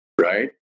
Right